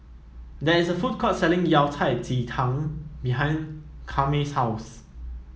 there is a food court selling Yao Cai Ji Tang behind Kwame's house